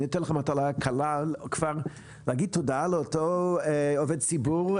אני נותן לך מטלה קלה כבר: להגיד תודה לאותו עובד ציבור.